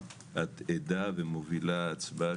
אתה עדה ומובילה הצבעה,